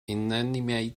inanimate